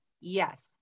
Yes